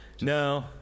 No